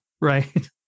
right